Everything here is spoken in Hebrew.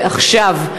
ועכשיו.